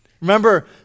Remember